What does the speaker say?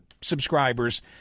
subscribers